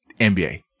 NBA